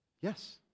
yes